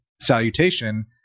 salutation